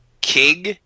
king